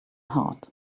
hard